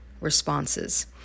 responses